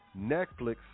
Netflix